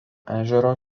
ežero